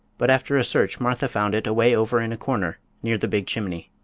but after a search martha found it away over in a corner near the big chimney.